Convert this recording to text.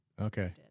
Okay